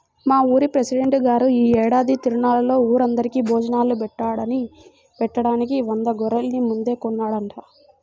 మా ఊరి పెసిడెంట్ గారు యీ ఏడాది తిరునాళ్ళలో ఊరందరికీ భోజనాలు బెట్టడానికి వంద గొర్రెల్ని ముందే కొన్నాడంట